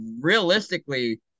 realistically